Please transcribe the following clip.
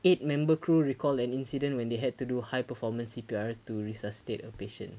eight member crew recalled an incident when they had to do high performance C_P_R to resuscitate a patient